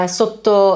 sotto